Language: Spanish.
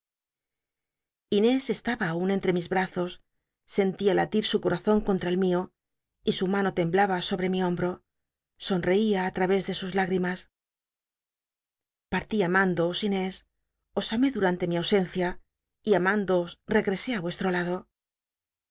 inés estaba aun entre mis brazos sentía latir su corazon contra el mio y su mano temblaba sobre mi hombro sonreía á través de sus lágrimas partí amándoos inés os amé durante mi ausencia y amandoos eg esé á vuestro lado